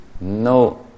no